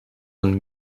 een